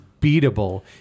beatable